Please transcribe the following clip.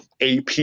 AP